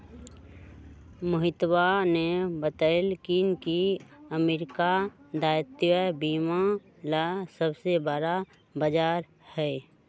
मोहितवा ने बतल कई की अमेरिका दायित्व बीमा ला सबसे बड़ा बाजार हई